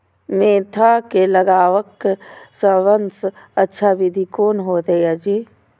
Mentha के लगवाक सबसँ अच्छा विधि कोन होयत अछि?